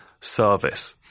service